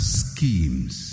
schemes